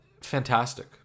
fantastic